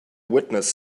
witness